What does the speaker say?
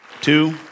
two